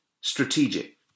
strategic